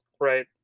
right